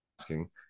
asking